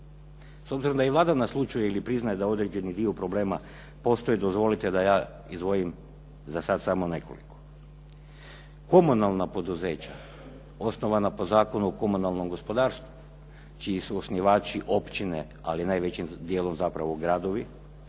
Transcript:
S obzirom da i Vlada naslućuje ili priznaje da određeni dio problema postoji, dozvolite da ja izdvojim za sad samo nekoliko. Komunalna poduzeća osnovana po zakonu o komunalnom gospodarstvu čiji su osnivači općine, ali najvećim dijelom zapravo gradovi